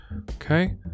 Okay